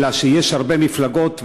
אלא שיש הרבה מפלגות,